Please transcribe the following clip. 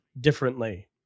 differently